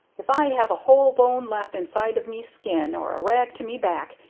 if i have a whole bone left inside of me skin, or a rag to me back,